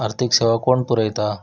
आर्थिक सेवा कोण पुरयता?